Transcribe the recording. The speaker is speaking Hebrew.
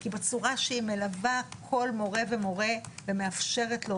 כי בצורה שהיא מלווה כל מורה ומורה ומאפשרת לו